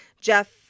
Jeff